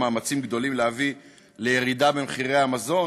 מאמצים גדולים להביא לירידה במחירי המזון?